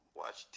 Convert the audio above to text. watch